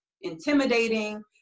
intimidating